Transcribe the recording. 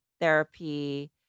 therapy